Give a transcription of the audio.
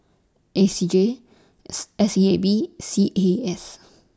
A C J S S E A B C A S